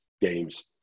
games